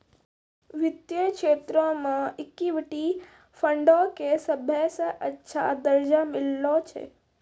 वित्तीय क्षेत्रो मे इक्विटी फंडो के सभ्भे से अच्छा दरजा मिललो छै